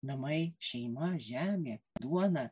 namai šeima žemė duona